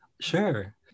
Sure